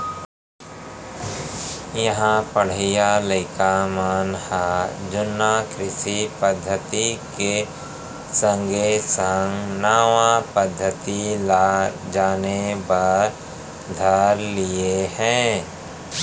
इहां पढ़इया लइका मन ह जुन्ना कृषि पद्धति के संगे संग नवा पद्धति ल जाने बर धर लिये हें